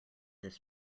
this